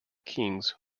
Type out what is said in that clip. kings